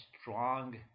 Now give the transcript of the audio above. strong